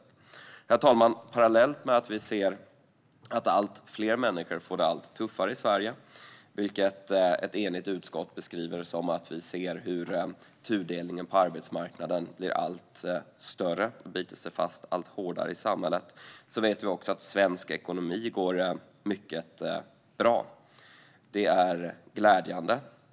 Herr talman! Parallellt med att allt fler människor får det allt tuffare i Sverige - vilket ett enigt utskott beskriver som att vi ser hur tudelningen på arbetsmarknaden blir allt större och biter sig fast allt hårdare i samhället - går den svenska ekonomin mycket bra. Detta är glädjande.